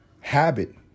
habit